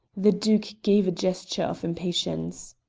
the duke gave a gesture of impatience.